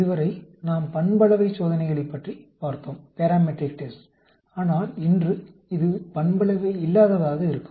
இதுவரை நாம் பண்பளவைச் சோதனைகளைப் பார்த்தோம் ஆனால் இன்று இது பண்பளவை இல்லாததாக இருக்கும்